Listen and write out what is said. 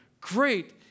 Great